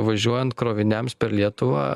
važiuojant kroviniams per lietuvą